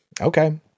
Okay